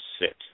sit